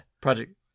Project